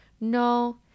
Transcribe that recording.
no